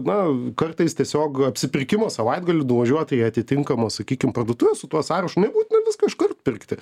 na kartais tiesiog apsipirkimo savaitgalį nuvažiuot į atitinkamas sakykim parduotuves su tuo sąrašu nebūtina visko iškart pirkti